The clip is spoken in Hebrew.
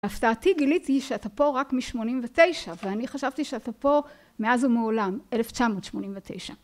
להפתעתי גיליתי שאתה פה רק משמונים ותשע, ואני חשבתי שאתה פה מאז ומעולם. אלף תשע מאות שמונים ותשע